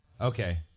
Okay